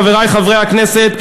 חברי חברי הכנסת,